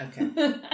okay